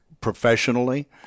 professionally